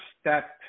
step